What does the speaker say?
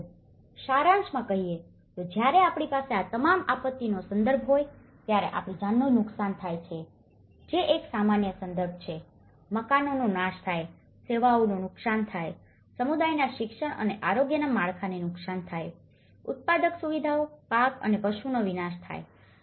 પરંતુ સારાંશમાં કહીએ તો જ્યારે આપણી પાસે આ તમામ આપત્તિનો સંદર્ભ હોય ત્યારે આપણી જાનનું નુકસાન થાય છે જે એક સામાન્ય સંદર્ભ છે મકાનોનો નાશ થાય છે સેવાઓનું નુકસાન થાય છે સમુદાયના શિક્ષણ અને આરોગ્યના માળખાને નુકસાન થાય છે ઉત્પાદક સુવિધાઓ પાક અને પશુઓનો વિનાશ થાય છે